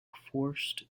forced